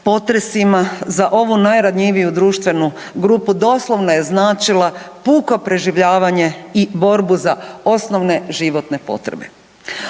potresima za ovu najranjiviju društvenu grupu doslovno je značila puko preživljavanje i borbu za osnovne životne potrebe.